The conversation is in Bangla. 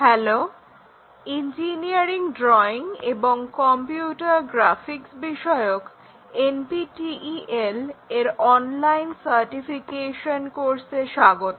হ্যালো ইঞ্জিনিয়ারিং ড্রইং এবং কম্পিউটার গ্রাফিক্স বিষয়ক NPTEL এর অনলাইন সার্টিফিকেশন কোর্সে স্বাগত